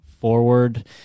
forward